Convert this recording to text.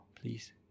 please